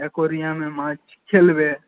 আ্যকোরিয়ামে মাছ খেলবে